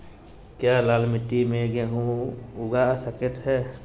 क्या लाल मिट्टी में गेंहु उगा स्केट है?